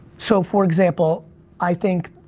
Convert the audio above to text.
so for example i think,